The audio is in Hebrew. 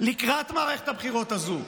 לקראת מערכת הבחירות הזו.